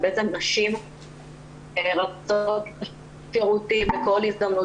זה בעצם נשים שרצות לשירותים בכל הזדמנות,